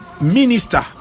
minister